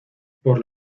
por